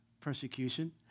persecution